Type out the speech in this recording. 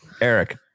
Eric